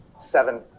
seven